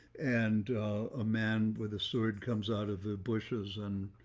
and a man with a sword comes out of the bushes, and